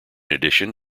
addition